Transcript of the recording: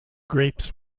grapes